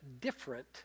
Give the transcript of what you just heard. different